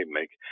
make